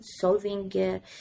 solving